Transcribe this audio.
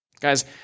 Guys